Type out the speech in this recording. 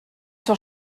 zur